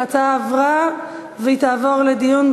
ההצעה להעביר את הצעת חוק השיפוט הצבאי